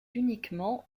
uniquement